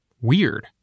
Weird